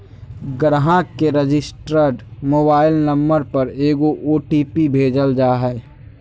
ग्राहक के registered mobile number पर एगो ओ.टी.पी भेजल जा हइ